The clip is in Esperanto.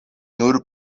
nur